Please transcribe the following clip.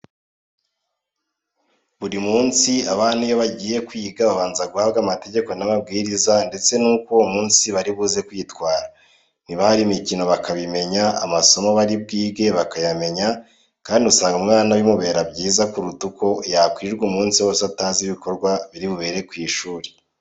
Buri munsi abana iyo bagiye kwiga babanza guhabwa amategeko n'amabwiriza ndetse n'uko uwo munsi bari buze kwitwara, niba hari imikino bakabimenya, amasomo bari bwige bakayamenya kandi usanga umwana bimubera byiza, kuruta uko yakwirirwa umunsi wose atazi ibikorwa biri bubere ku ishuri.